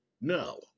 No